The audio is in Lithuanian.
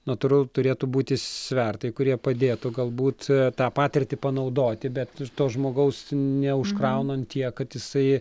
natūralu turėtų būti svertai kurie padėtų galbūt tą patirtį panaudoti bet ir to žmogaus neužkraunant tiek kad jisai